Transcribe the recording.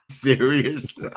serious